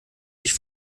sich